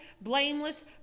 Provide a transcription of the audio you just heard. blameless